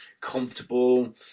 comfortable